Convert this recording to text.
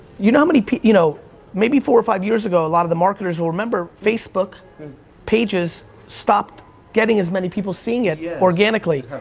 you know you know maybe four or five years ago, a lot of the marketers will remember, facebook pages stopped getting as many people seeing it yeah organically,